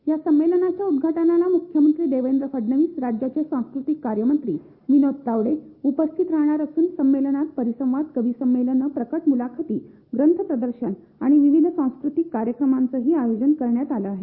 या संमेलनाच्या उद्घाटनाला मुख्यमंत्री देवेंद्र फडणवीस राज्याचे सांस्कृतिक कार्यमंत्री विनोद तावडे उपस्थित राहणार असून संमेलनात परिसंवाद कविसंमेलनं प्रकट मुलाखती ग्रंथ प्रदर्शन आणि विविध सांस्कृतिक कार्यक्रमांचंही आयोजन करण्यात आलं आहे